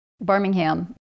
Birmingham